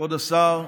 כבוד השר,